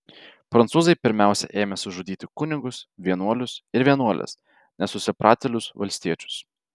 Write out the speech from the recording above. prancūzai pirmiausia ėmėsi žudyti kunigus vienuolius ir vienuoles nesusipratėlius valstiečius